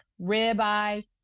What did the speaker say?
ribeye